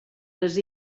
les